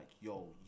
yo